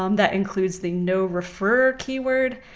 um that includes the noreferrer keyword,